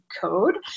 code